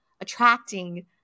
attracting